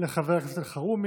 לחבר הכנסת אלחרומי.